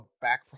back